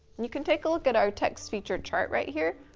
you can take a look, at our text feature chart right here,